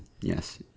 Yes